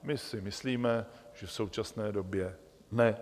My si myslíme, že v současné době ne.